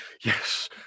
yes